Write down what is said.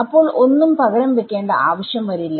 അപ്പോൾ ഒന്നും പകരം വെക്കേണ്ട ആവശ്യം വരില്ല